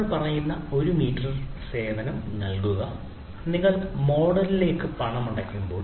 നമ്മൾ പറയുന്ന ഒരു മീറ്റർ സേവനം നൽകുക നിങ്ങൾ മോഡലിലേക്ക് പണമടയ്ക്കുമ്പോൾ